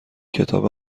کتاب